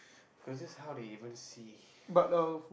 cause this is how they even see